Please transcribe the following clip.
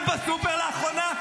היית בסופר לאחרונה?